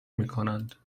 میکنند